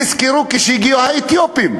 תזכרו שכשהגיעו האתיופים,